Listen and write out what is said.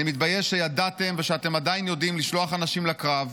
אני מתבייש שידעתם ושאתם עדיין יודעים לשלוח אנשים לקרב,